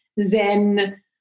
zen